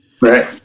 Right